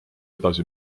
edasi